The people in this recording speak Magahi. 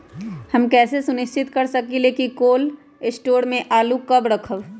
हम कैसे सुनिश्चित कर सकली ह कि कोल शटोर से आलू कब रखब?